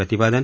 प्रतिपादन